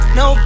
no